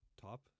top